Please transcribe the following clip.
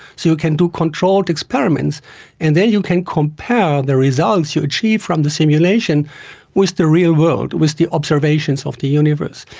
so you can do controlled experiments and then you can compare the results you achieve from the simulation with the real world, with the observations of the universe.